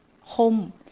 home